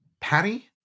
patty